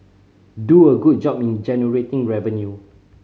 do a good job in generating revenue